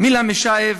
ומילה מישייב,